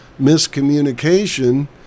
miscommunication